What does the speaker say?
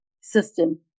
system